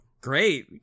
great